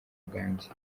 bwanjye